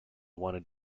wanted